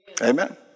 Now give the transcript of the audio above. Amen